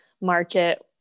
market